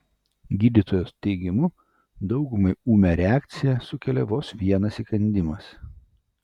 gydytojos teigimu daugumai ūmią reakciją sukelia vos vienas įkandimas